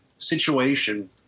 Situation